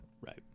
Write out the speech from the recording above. right